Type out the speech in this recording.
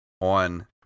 on